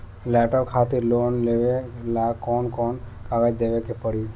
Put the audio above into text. Laptop खातिर loan लेवे ला कौन कौन कागज देवे के पड़ी?